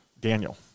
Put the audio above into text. Daniel